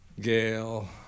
gail